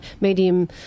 medium